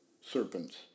serpents